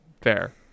Fair